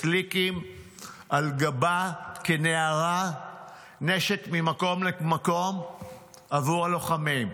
ובסליקים על גבה עבור הלוחמים,